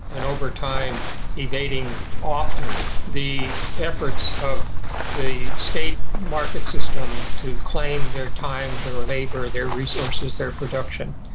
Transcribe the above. and over time evading often the efforts of the state market system to claim their time, their labour, their resources, their production,